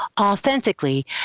authentically